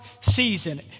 season